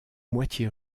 moitié